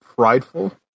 prideful